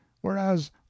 whereas